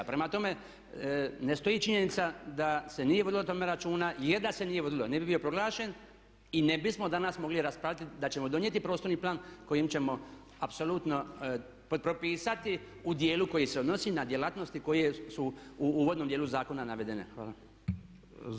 Prema tome, ne stoji činjenica da se nije vodilo o tome računa, jer da se nije vodilo ne bi bio proglašen i ne bismo danas mogli raspravljati da ćemo donijeti prostorni plan kojim ćemo apsolutno propisati u dijelu koji se odnosi na djelatnosti koje su u uvodnom dijelu zakona navedene.